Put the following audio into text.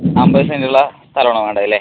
അൻപത് സെൻറ്റ് ഉള്ള സ്ഥലമാണ് വേണ്ടതല്ലേ